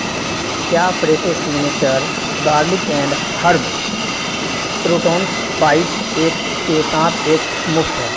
کیا Fresho signature garlic and herb croutons bites ایک کے ساتھ ایک مفت ہے